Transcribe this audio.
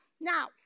Now